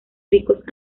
ricos